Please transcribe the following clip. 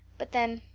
but then,